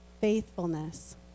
faithfulness